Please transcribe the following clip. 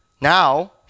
Now